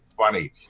funny